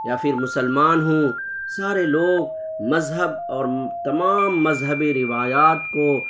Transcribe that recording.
یا پھر مسلمان ہوں سارے لوگ مذہب اور تمام مذہبی روایات کو